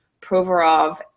Provorov